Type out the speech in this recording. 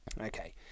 Okay